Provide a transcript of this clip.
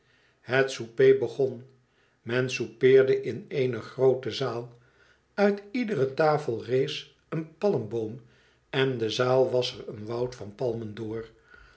het souper begon men soupeerde in eene groote zaal uit iedere tafel rees een palmboom en de zaal was er een woud van palmen door